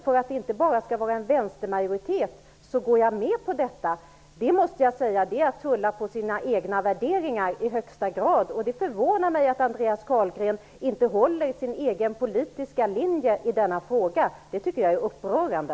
För att det inte skall vara en vänstermajoritet går han dock med på detta. Jag måste säga att det i högsta grad är att tulla på sina egna värderingar. Det förvånar mig att Andreas Carlgren inte håller sig till sin politiska linje i denna fråga. Detta tycker jag är upprörande.